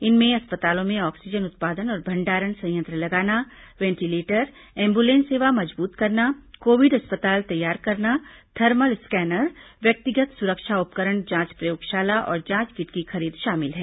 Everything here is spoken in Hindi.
इनमें अस्पतालों में ऑक्सीजन उत्पादन और भंडारण संयंत्र लगाना वेंटिलेटर एंबुलेंस सेवा मजबूत करना कोविड अस्पताल तैयार करना थर्मल स्कैनर व्यक्तिगत सुरक्षा उपकरण जांच प्रयोगशाला और जांच किट की खरीद शामिल है